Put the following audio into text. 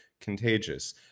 contagious